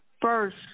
first